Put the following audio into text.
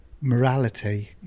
morality